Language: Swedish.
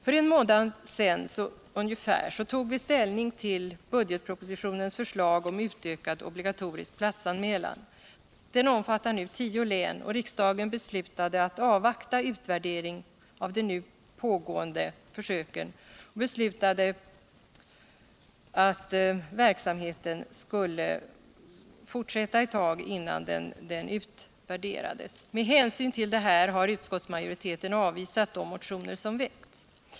För en månad sedan ungefär tog vi ställning till budgetpropositionens förslag om utökad obligatorisk platsanmälan. Den omfattar nu tio län, och riksdagen beslutade att avvakta utvärdering av den nu pågående och beslutade verksamheten. Med hänsyn till detta har utskottsmajoriteten avvisat de motioner som väckts.